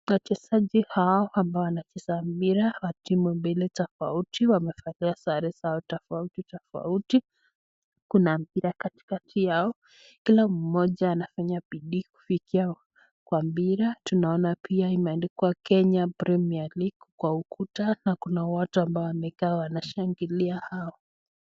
Wachezaji hao ambao wanacheza mpira wa timu mbili tofauti. Wamevalia sare zao tofautitofauti. Kuna mpira katikati yao. Kila mmoja anafanya bidii kufikia kwa mpira. Tunaona pia imeandikwa Kenya Premier League kwa ukuta na kuna watu ambao wamekaa wanashangilia hao.